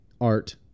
art